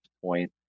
point